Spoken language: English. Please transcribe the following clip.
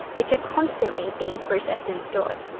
which are constantly being processed and stored.